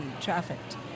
trafficked